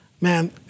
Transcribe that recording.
Man